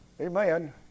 Amen